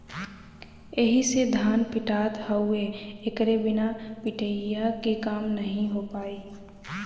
एही से धान पिटात हउवे एकरे बिना त पिटिया के काम नाहीं हो पाई